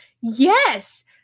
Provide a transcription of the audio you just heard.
Yes